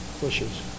pushes